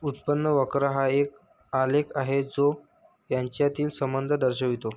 उत्पन्न वक्र हा एक आलेख आहे जो यांच्यातील संबंध दर्शवितो